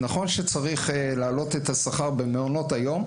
נכון שצריך להעלות את השכר במעונות היום,